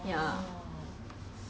!walao! 变成小角色